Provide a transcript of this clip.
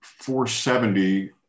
470